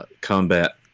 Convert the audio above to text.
combat